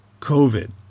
COVID